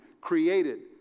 Created